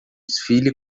desfile